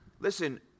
Listen